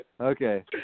Okay